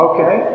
Okay